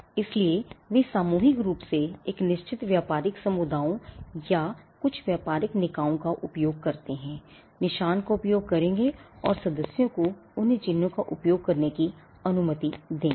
इसलिए वे सामूहिक रूप से एक निश्चित व्यापारिक समुदायों या कुछ व्यापारिक निकायों का उपयोग करते हैं निशान का उपयोग करेंगे और सदस्यों को उन चिह्नों का उपयोग करने की अनुमति देंगे